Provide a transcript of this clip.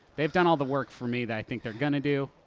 they've done all the work for me that i think they're gonna do,